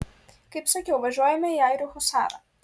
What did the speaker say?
kaip sakiau važiuojame į airių husarą